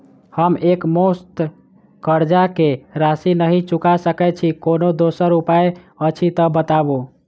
हम एकमुस्त कर्जा कऽ राशि नहि चुका सकय छी, कोनो दोसर उपाय अछि तऽ बताबु?